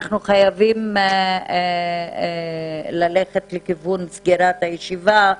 אנחנו חייבים ללכת לכיוון סגירת הישיבה.